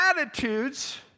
attitudes